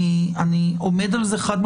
אני עומד על זה חד-משמעית.